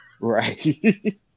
Right